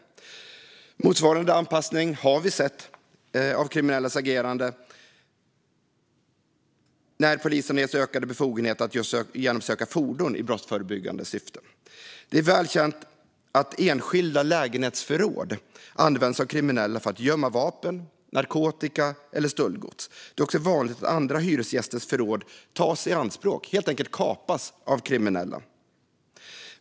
Motsvarande anpassning av kriminellas agerande har vi sett när polisen getts ökade befogenheter att genomsöka fordon i brottsförebyggande syfte. Det är väl känt att enskilda lägenhetsförråd används av kriminella för att gömma vapen, narkotika eller stöldgods. Det är också vanligt att andra hyresgästers förråd tas i anspråk, helt enkelt kapas, av kriminella.